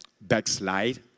backslide